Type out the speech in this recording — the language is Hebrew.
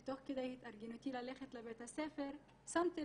תוך כדי שהתארגנתי ללכת לבית הספר שמתי